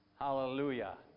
Hallelujah